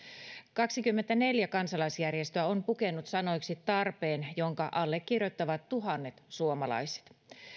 kaksikymmentäneljä kansalaisjärjestöä on pukenut sanoiksi tarpeen jonka allekirjoittavat tuhannet suomalaiset